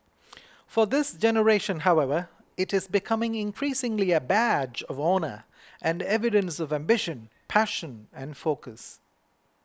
for this generation however it is becoming increasingly a badge of honour and evidence of ambition passion and focus